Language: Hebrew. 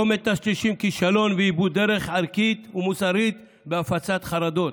לא מטשטשים כישלון ואיבוד דרך ערכית ומוסרית בהפצת חרדות.